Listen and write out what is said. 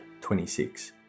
26